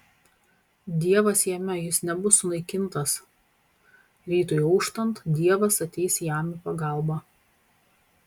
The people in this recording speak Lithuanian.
dievas jame jis nebus sunaikintas rytui auštant dievas ateis jam į pagalbą